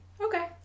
Okay